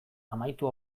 amaitu